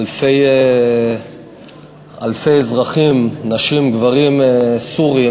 אלפי אזרחים, נשים, גברים סורים,